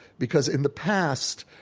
because in the past,